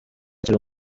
akiri